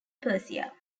persia